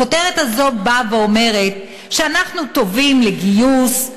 הכותרת הזאת באה ואומרת: אנחנו טובים לגיוס,